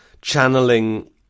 channeling